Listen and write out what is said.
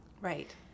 Right